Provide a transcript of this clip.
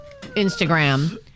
Instagram